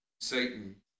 Satan